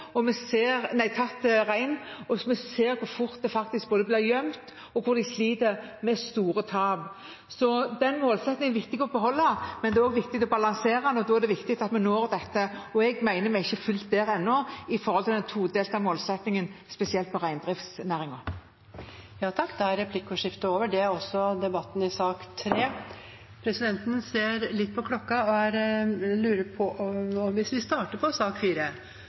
rein. Vi så hvor fort reinen blir gjemt, og hvordan de sliter med store tap. Så den målsettingen er det viktig å beholde, men det er også viktig å balansere dette, og da er det viktig at vi når denne målsettingen. Jeg mener at vi ikke er kommet fullt ut dit ennå, når det gjelder den todelte målsettingen, spesielt når det gjelder reindriftsnæringen. Replikkordskifte er omme. Flere har ikke bedt om ordet til sak nr. 3. Presidenten ser på klokken: Vi starter på sak nr. 4 og ser hvor mange som har tenkt å ta ordet, for å se om vi